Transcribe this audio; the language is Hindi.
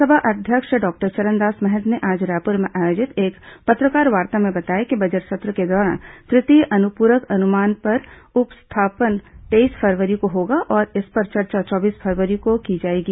विधानसभा अध्यक्ष डॉक्टर चरणदास महंत ने आज रायपुर में आयोजित एक पत्रकारवार्ता में बताया कि बजट सत्र के दौरान तृतीय अनुपूरक अनुमान का उपस्थापन तेईस फरवरी को होगा और इस पर चर्चा चौबीस फरवरी को की जाएगी